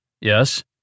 Yes